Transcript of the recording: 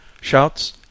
Shouts